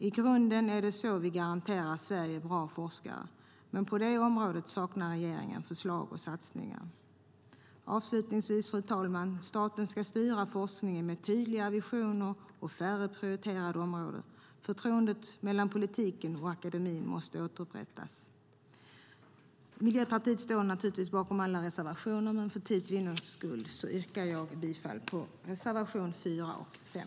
I grunden är det så vi garanterar Sverige bra forskare. Men på det området saknar regeringen förslag och satsningar. Fru talman! Avslutningsvis vill jag säga att staten ska styra forskningen med tydligare visioner och färre prioriterade områden. Förtroendet mellan politik och akademi måste återupprättas. Miljöpartiet står naturligtvis bakom alla våra reservationer, men för tids vinnande yrkar jag bifall till reservationerna 4 och 5.